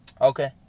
Okay